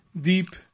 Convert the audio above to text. deep